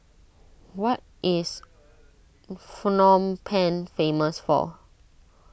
what is Phnom Penh famous for